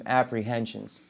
apprehensions